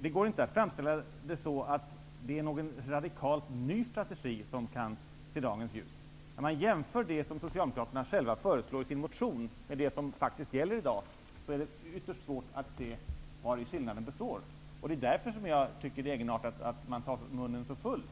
det går inte att framställa det så, att det är någon radikalt ny strategi som kan se dagens ljus. När man jämför det som Socialdemokraterna själva föreslår i sin motion med det som faktiskt gäller i dag är det ytterst svårt att se vari skillnaden består. Det är därför som jag tycker att det är egenartat att Socialdemokraterna tar munnen så full.